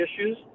issues